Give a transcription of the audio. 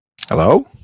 Hello